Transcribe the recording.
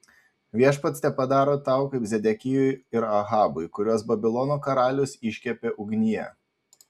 viešpats tepadaro tau kaip zedekijui ir ahabui kuriuos babilono karalius iškepė ugnyje